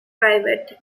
private